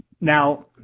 Now